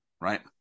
right